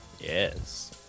yes